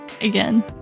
again